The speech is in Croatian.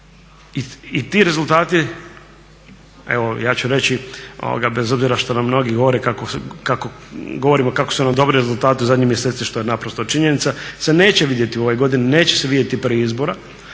i ti rezultati, evo ja ću reći, bez obzira što nam mnogi govore kako govorimo kako su nam dobri rezultati zadnjih mjeseci što je naprosto činjenica se neće vidjeti u ovoj godini, neće se vidjeti prije izbora